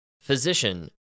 physician